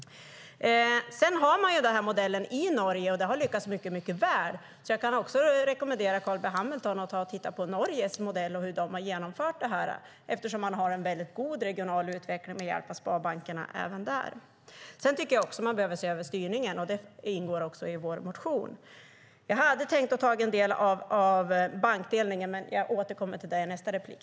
Man har den här modellen i Norge, och det har lyckats mycket väl. Jag kan också rekommendera Carl B Hamilton att titta på Norges modell och hur de har genomfört det här, eftersom man har en väldigt god regional utveckling med hjälp av sparbankerna även där. Jag tycker också att man behöver se över styrningen. Det ingår också i vår motion. Jag hade tänkt ta upp en del av bankdelningen, men jag återkommer till det i nästa replik.